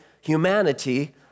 humanity